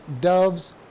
doves